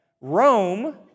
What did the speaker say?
Rome